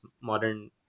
modern